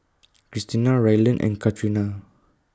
Kristina Ryland and Katrina